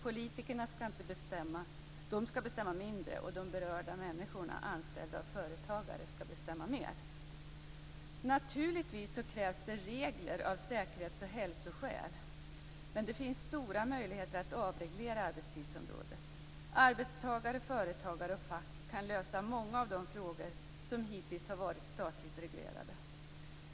Politikerna skall bestämma mindre, och de berörda människorna - anställda och företagare - skall bestämma mer. Naturligtvis krävs det regler av säkerhets och hälsoskäl, men det finns stora möjligheter att avreglera arbetstidsområdet. Arbetstagare, företagare och fack kan lösa många av de frågor som hittills har varit statligt reglerade.